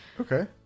Okay